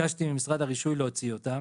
ביקשתי ממשרד הרישוי להוציא אותם,